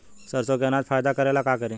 सरसो के अनाज फायदा करेला का करी?